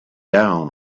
down